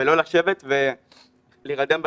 ולא לשבת ולהירדם בשיעור,